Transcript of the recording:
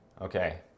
Okay